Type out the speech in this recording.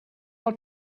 are